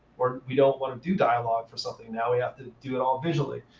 or we don't want to do dialogue for something. now we have to do it all visually.